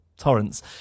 torrents